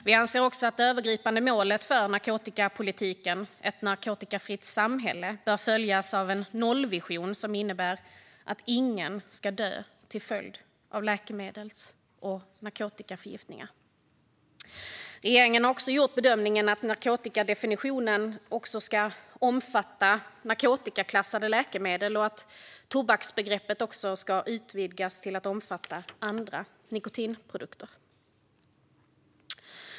Vi anser också att det övergripande målet för narkotikapolitiken, Ett narkotikafritt samhälle, bör följas av en nollvision som innebär att ingen ska dö till följd av läkemedels eller narkotikaförgiftning. Regeringen har också gjort bedömningen att narkotikadefinitionen även ska omfatta narkotikaklassade läkemedel och att tobaksbegreppet ska utvidgas till att omfatta även andra nikotinprodukter.